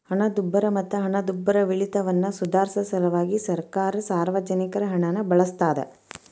ಹಣದುಬ್ಬರ ಮತ್ತ ಹಣದುಬ್ಬರವಿಳಿತವನ್ನ ಸುಧಾರ್ಸ ಸಲ್ವಾಗಿ ಸರ್ಕಾರ ಸಾರ್ವಜನಿಕರ ಹಣನ ಬಳಸ್ತಾದ